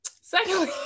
secondly